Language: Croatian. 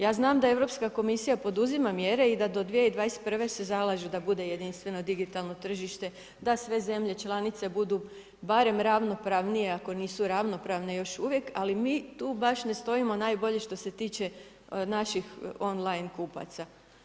Ja znam da Europska komisija poduzima mjere i da do 2021. se zalaže da bude jedinstveno digitalno tržište, da sve zemlje članice budu barem ravnopravnije, ako nisu ravnopravne još uvijek, ali mi tu baš ne stojimo najbolje, što se tiče naših online kupaca.